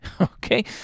okay